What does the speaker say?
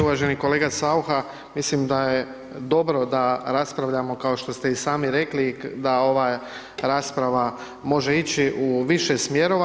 Uvaženi kolega Saucha, mislim da je dobro da raspravljamo, kao što ste i sami rekli, da ova rasprava može ići u više smjerova.